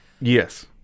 Yes